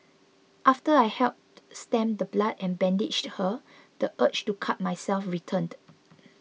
after I helped stem the blood and bandaged her the urge to cut myself returned